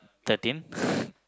thirteen